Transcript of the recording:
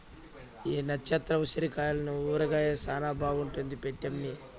ఈ నచ్చత్ర ఉసిరికాయల ఊరగాయ శానా బాగుంటాది పెట్టమ్మీ